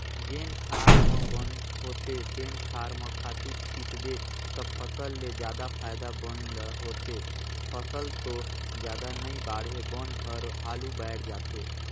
जेन खार म बन होथे तेन खार म खातू छितबे त फसल ले जादा फायदा बन ल होथे, फसल तो जादा नइ बाड़हे बन हर हालु बायड़ जाथे